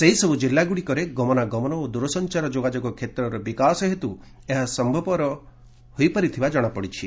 ସେହିସବୁ ଜିଲ୍ଲାଗୁଡ଼ିକରେ ଗମନାଗମନ ଓ ଦୂରସଂଚାର ଯୋଗାଯୋଗ କ୍ଷେତ୍ରରେ ବିକାଶ ହେତୁ ଏହା ସମ୍ଭବ ହୋଇପାରିଥିବା ଜଣାପଡ଼ିଛି